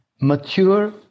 mature